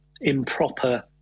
improper